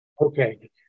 Okay